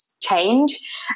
change